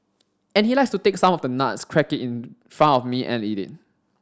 and he likes to take some of the nuts crack it in front of me and eat it